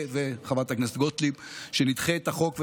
וחברת הכנסת גוטליב שראוי שנדחה את החוק,